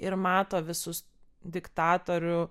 ir mato visus diktatorių